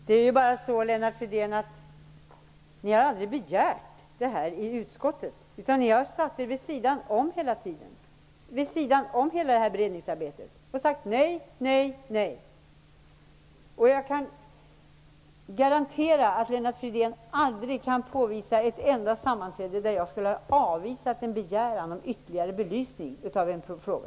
Herr talman! Det är bara så, Lennart Fridén, att ni aldrig har begärt detta i utskottet. Ni har satt er vid sidan om beredningsarbetet hela tiden och sagt: Nej, nej, nej! Jag kan garantera att Lennart Fridén aldrig kan påvisa att jag på ett enda sammanträde skulle ha avvisat en begäran om ytterligare belysning av en fråga.